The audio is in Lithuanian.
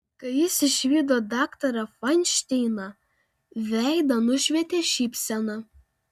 kai jis išvydo daktarą fainšteiną veidą nušvietė šypsena